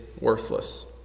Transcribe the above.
worthless